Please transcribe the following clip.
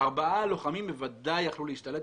ארבעה לוחמים בוודאי יכולים להשתלט